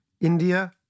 India